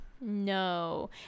No